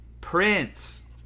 Prince